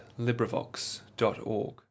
LibriVox.org